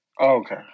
Okay